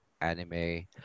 anime